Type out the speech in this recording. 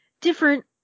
different